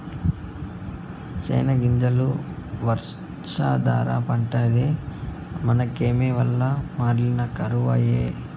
సెనగ్గింజలు వర్షాధార పంటాయె మనకేమో వల్ల మాలిన కరవాయె